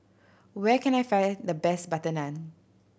where can I find the best butter naan